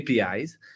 APIs